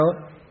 out